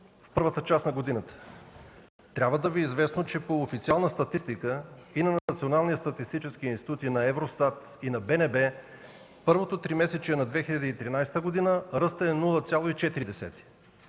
в първата част на годината. Трябва да Ви е известно, че по официална статистика и на Националния статистически институт, и на ЕВРОСТАТ, и на БНБ, първото тримесечие на 2013 г. ръстът е 0,4.